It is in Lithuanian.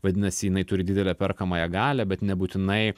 vadinasi jinai turi didelę perkamąją galią bet nebūtinai